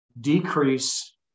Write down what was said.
decrease